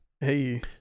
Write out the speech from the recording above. Hey